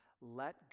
Let